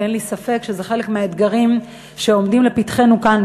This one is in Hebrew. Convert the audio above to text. ואין לי ספק שזה חלק מהאתגרים שעומדים לפתחנו כאן,